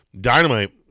Dynamite